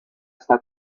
está